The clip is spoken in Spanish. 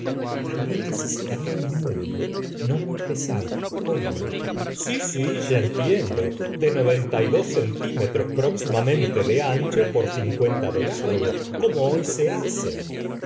también necesitaría un iílundo no muy pesado cómodo si si ya entiendo de noventa y dos centímetros próximamente de ancho por cincuenta de largo como hoy se hacen